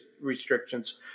restrictions